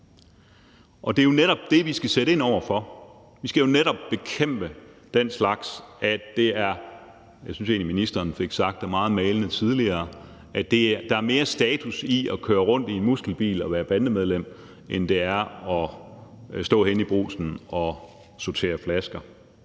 det er netop det, vi skal sætte ind over for. Vi skal netop bekæmpe den slags. Jeg synes egentlig, at ministeren fik sagt det meget malende tidligere: Der er mere status i at køre rundt i muskelbiler og være bandemedlem, end der er i at stå henne i Brugsen og sortere flasker.